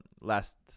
last